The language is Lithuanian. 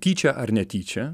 tyčia ar netyčia